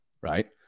right